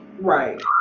Right